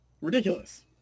ridiculous